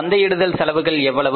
சந்தையிடுதல் செலவுகள் எவ்வளவு